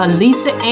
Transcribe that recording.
Alisa